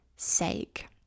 sake